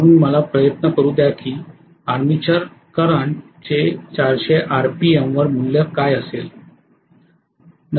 म्हणून मला प्रयत्न करू द्या की आर्मिचर करंट चे 400 आरपीएम वर मूल्य काय असेल